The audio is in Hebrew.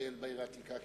ולטייל בעיר העתיקה,